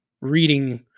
reading